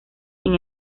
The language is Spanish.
sin